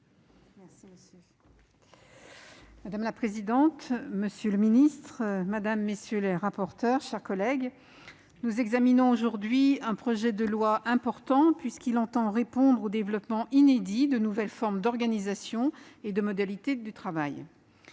Madame la présidente, monsieur le ministre, mes chers collègues, nous examinons aujourd'hui un projet de loi important, puisqu'il tend à répondre au développement inédit de nouvelles formes d'organisation et de modalités du travail.